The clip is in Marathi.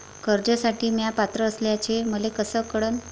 कर्जसाठी म्या पात्र असल्याचे मले कस कळन?